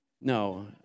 No